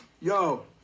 yo